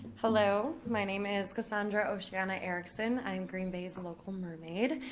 hello, my name is cassandra oceana erickson. i am green bay's and local mermaid.